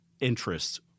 interests